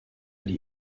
die